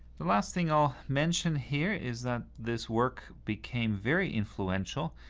the last thing i'll mention here is that this work became very influential,